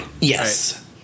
Yes